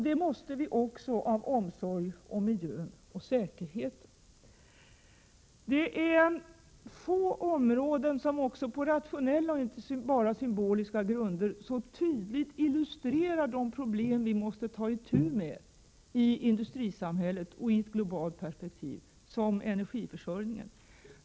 Det måste vi också göra av omsorg om miljön och säkerheten. Det är få områden som också på rationella och inte bara symboliska grunder så tydligt illustrerar problem vi måste ta itu med i industrisamhället och i ett globalt perspektiv som energiförsörjningen.